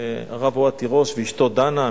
הרב אוהד תירוש ואשתו דנה.